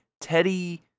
teddy